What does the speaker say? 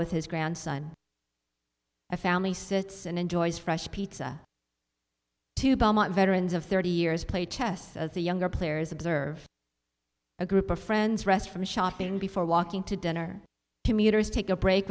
with his grandson a family sits and enjoys fresh pizza veterans of thirty years play chess the younger players observe a group of friends rest from shopping before walking to dinner commuters take a break